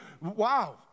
wow